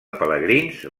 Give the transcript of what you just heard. pelegrins